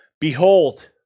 behold